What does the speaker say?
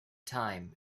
time